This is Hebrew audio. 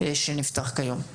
אני נועל את הדיון.